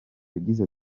yagize